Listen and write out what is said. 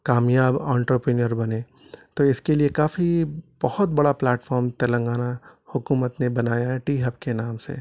کامیاب اونٹروپینیر بنیں تو اس کے لیے کافی بہت بڑا پلیٹفارم تلنگانہ حکومت نے بنایا ہے ٹی ہب کے نام سے